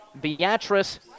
Beatrice